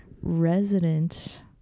resident